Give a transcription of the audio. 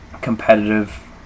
competitive